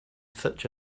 such